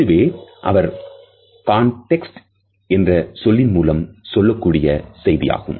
இதுவே அவர் context என்ற சொல்லின் மூலம் சொல்லக்கூடிய செய்தியாகும்